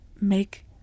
make